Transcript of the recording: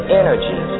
energy